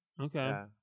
Okay